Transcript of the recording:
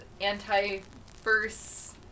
anti-verse